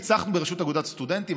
ניצחנו בבחירות לראשות אגודת הסטודנטים.